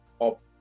up